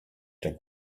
der